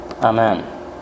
Amen